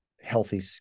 healthy